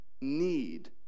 need